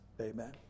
Amen